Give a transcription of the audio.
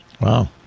Wow